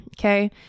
okay